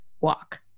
walk